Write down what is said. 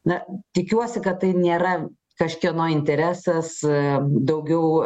na tikiuosi kad tai nėra kažkieno interesas daugiau